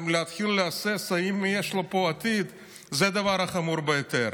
להתחיל להסס אם יש לו פה עתיד זה הדבר החמור ביותר.